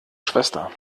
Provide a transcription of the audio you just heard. schwester